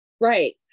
Right